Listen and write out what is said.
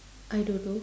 I don't know